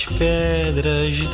pedras